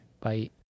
Bye